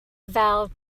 val